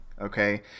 okay